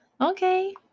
Okay